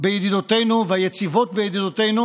בידידותינו והיציבות בידידותינו,